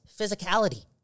physicality